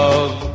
Love